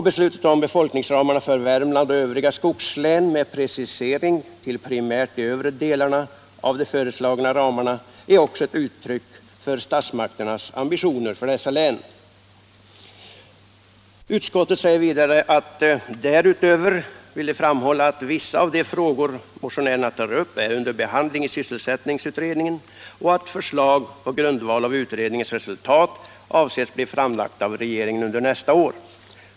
Beslutet om befolkningsramarna för Värmland och övriga skogslän — med precisering till primärt de övre delarna av de föreslagna ramarna — är också ett uttryck för statsmakternas ambitioner för dessa län. Utskottet säger vidare att det därutöver vill framhålla att vissa av de frågor motionärerna tar upp är under behandling i sysselsättningsutredningen och att förslag på grundval av utredningens resultat avses bli framlagt av regeringen under nästa år.